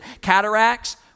cataracts